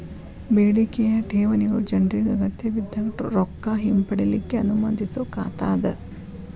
ಬೇಡಿಕೆಯ ಠೇವಣಿಗಳು ಜನ್ರಿಗೆ ಅಗತ್ಯಬಿದ್ದಾಗ್ ರೊಕ್ಕ ಹಿಂಪಡಿಲಿಕ್ಕೆ ಅನುಮತಿಸೊ ಖಾತಾ ಅದ